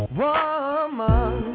woman